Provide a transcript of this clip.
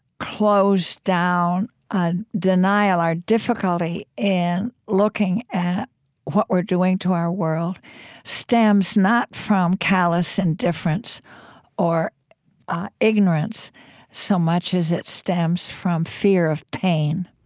closed-down ah denial, our difficulty in looking at what we're doing to our world stems not from callous indifference or ignorance so much as it stems from fear of pain.